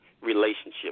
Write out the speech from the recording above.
relationship